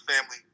family